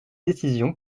décisions